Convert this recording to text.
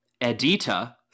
Edita